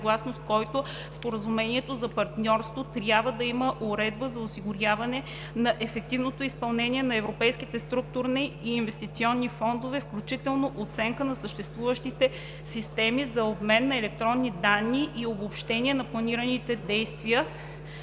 който в Споразумението за партньорство трябва да има уредба за осигуряване на ефективното изпълнение на европейските структурни и инвестиционни фондове, включително оценка на съществуващите системи за обмен на електронни данни и обобщение на планираните действия,